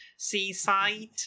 Seaside